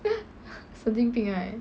神经病 right